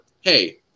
hey